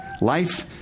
Life